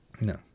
No